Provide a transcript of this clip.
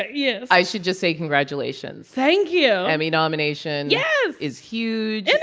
ah yes. i should just say congratulations thank you emmy nomination. yes. is huge